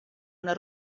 una